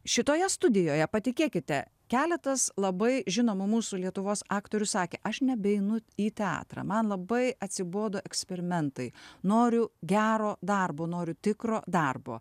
šitoje studijoje patikėkite keletas labai žinomų mūsų lietuvos aktorių sakė aš nebeinu į teatrą man labai atsibodo eksperimentai noriu gero darbo noriu tikro darbo